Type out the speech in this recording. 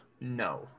No